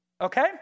Okay